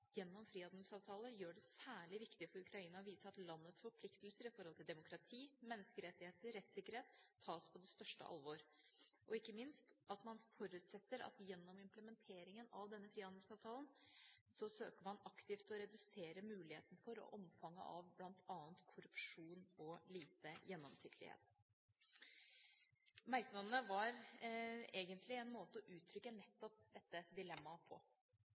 gjennom en frihandelsavtale gjør det særlig viktig for Ukraina å vise at landets forpliktelser i forhold til demokrati, menneskerettigheter og rettssikkerhet tas på det største alvor, og ikke minst at man forutsetter at gjennom implementeringen av denne frihandelsavtalen søker man aktivt å redusere muligheten for og omfanget av bl.a. korrupsjon og lite gjennomsiktighet. Merknadene var egentlig en måte å uttrykke nettopp dette dilemmaet på.